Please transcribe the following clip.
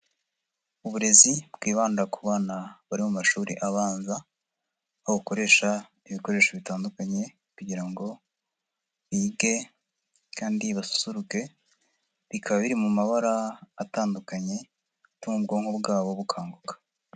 Uburezi bwibanda ku bana bari mu mashuri abanza aho bukoresha ibikoresho bitandukanye kugira ngo bige kandi basusuruke bikaba biri mu mabara atandukanye atuma ubwonko bwabo bukanguka.